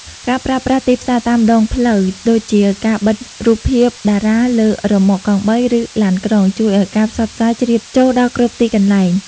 ការប្រើប្រាស់ "ទីផ្សារតាមដងផ្លូវ" ដូចជាការបិទរូបភាពតារាលើរ៉ឺម៉កកង់បី ឬឡានក្រុង ជួយឱ្យការផ្សព្វផ្សាយជ្រាបចូលដល់គ្រប់ទីកន្លែង។